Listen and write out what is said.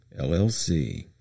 LLC